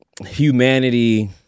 humanity